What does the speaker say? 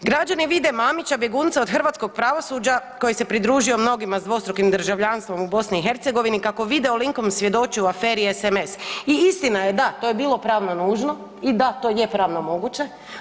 Građani vide Mamića bjegunca od hrvatskog pravosuđa koji se pridružio mnogima s dvostrukim državljanstvom u BiH kako je video linkom svjedočio u aferi SMS i istina je da, to je bilo pravno nužno i da, to je pravno moguće.